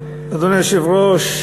היושב-ראש,